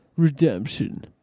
Redemption